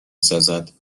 سازد